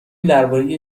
درباره